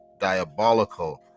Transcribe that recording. diabolical